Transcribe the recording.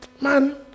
man